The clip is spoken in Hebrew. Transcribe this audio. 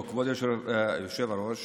כבוד היושב-ראש,